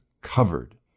covered